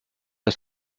ist